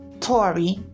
Tori